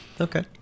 Okay